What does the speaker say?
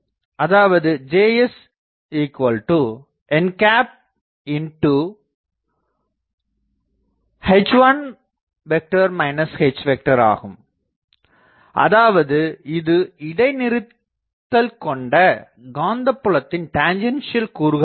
அதாவது Jsnஆகும் அதாவது இது இடை நிறுத்தல் கொண்ட காந்தபுலத்தின் டெஞ்சன்சியல் கூறுகள் ஆகும்